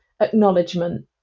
acknowledgement